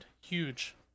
huge